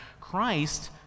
Christ